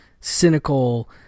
cynical